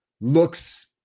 looks